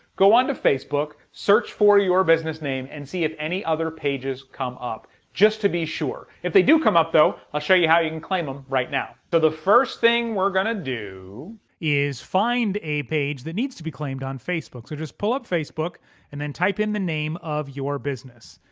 go onto facebook, search for your business name and see if any other pages come up just to be sure. if they do come up though i'll show you how you can claim them right now. so the first thing we're gonna do is find a page that needs to be claimed on facebook. so just pull up facebook and then type in the name of your business.